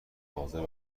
آزار